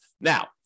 Now